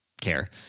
care